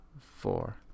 four